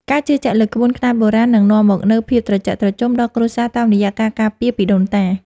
ការជឿជាក់លើក្បួនខ្នាតបុរាណនឹងនាំមកនូវភាពត្រជាក់ត្រជុំដល់គ្រួសារតាមរយៈការការពារពីដូនតា។